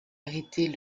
arrêter